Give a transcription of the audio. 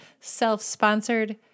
self-sponsored